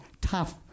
tough